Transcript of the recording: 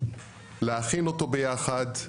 להכין אותו ביחד,